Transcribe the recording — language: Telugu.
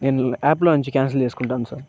నేను ఆప్లో నుంచి క్యాన్సల్ చేసుకుంటాను సార్